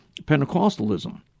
Pentecostalism